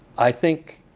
i think